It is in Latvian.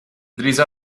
drīz